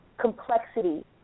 complexity